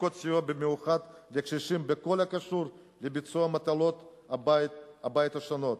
מספקות סיוע מיוחד לקשישים בכל הקשור לביצוע מטלות הבית השונות,